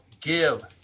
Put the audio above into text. give